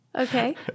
Okay